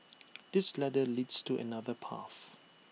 this ladder leads to another path